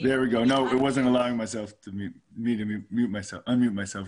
רבה לכולכם שאתם מארחים אותנו.